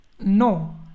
No